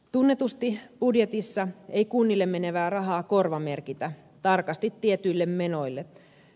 tunnetusti budjetissa ei kunnille menevää rahaa korvamerkitä tarkasti tietyille menoille